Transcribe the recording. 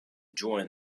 join